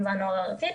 הארצית.